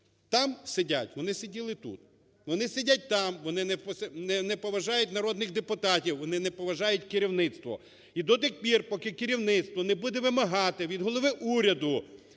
там сидять, вони сиділи тут. Вони сидять там. Вони не поважають народних депутатів, вони не поважають керівництво. І до тих пір, поки керівництво не буде вимагати від голови уряду